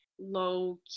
low